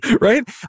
Right